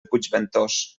puigventós